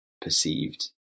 perceived